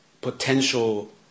potential